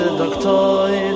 doctor